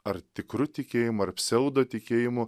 ar tikru tikėjimu ar pseudo tikėjimu